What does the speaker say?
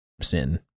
sin